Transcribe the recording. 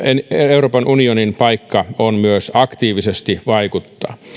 euroopan unionin paikka on myös aktiivisesti vaikuttaa